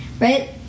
right